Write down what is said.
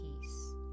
peace